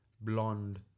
blonde